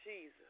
Jesus